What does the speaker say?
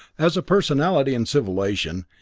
as a personality in civilization,